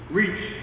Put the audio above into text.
reach